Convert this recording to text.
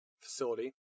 facility